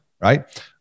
right